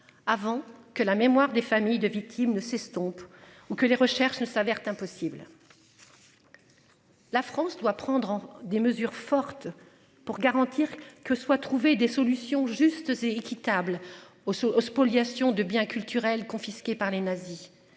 avant que la mémoire des familles de victimes ne s'estompe ou que les recherches s'avère impossible. La France doit prendre des mesures fortes pour garantir que soient trouvées des solutions justes et équitables au spoliation de biens culturels confisqués par les nazis.